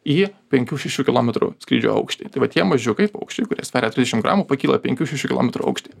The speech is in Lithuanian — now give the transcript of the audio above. į penkių šešių kilometrų skrydžio aukštį tai va tie mažiukai paukščiai kurie sveria trisdešim gramų pakyla penkių šešių kilometrų aukštį